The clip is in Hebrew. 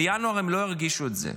בינואר הם לא ירגישו את זה,